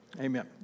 Amen